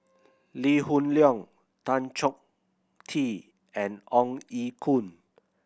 Lee Hoon Leong Tan Choh Tee and Ong Ye Kung